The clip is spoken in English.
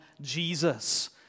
Jesus